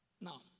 now